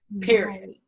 Period